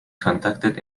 conducted